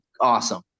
awesome